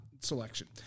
selection